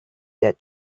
that